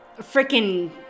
freaking